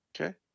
Okay